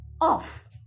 off